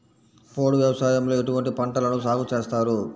పోడు వ్యవసాయంలో ఎటువంటి పంటలను సాగుచేస్తారు?